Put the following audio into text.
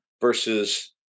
versus